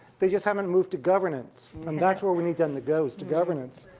they just haven't moved to governance, and that's where we need them to go, is to governance.